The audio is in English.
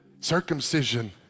Circumcision